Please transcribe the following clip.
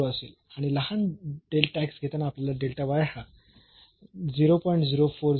40 असेल आणि लहान घेताना आपल्याला हा 0